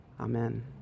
Amen